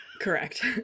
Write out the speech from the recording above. Correct